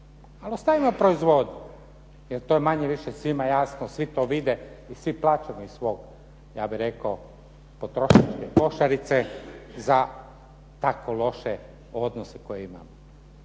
Ali ostavimo proizvodnju, jer je tom manje više svima jasno, svi to vide i svi plaćamo iz svog ja bih rekao potrošačke košarice za tako loše odnose koje imamo.